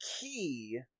key